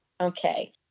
Okay